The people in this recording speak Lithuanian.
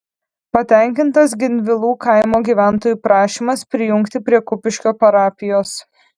patenkintas gindvilų kaimo gyventojų prašymas prijungti prie kupiškio parapijos